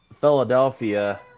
Philadelphia